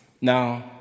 Now